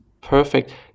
perfect